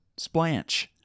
Splanch